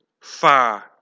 far